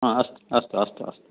अस्तु अस्तु अस्तु अस्तु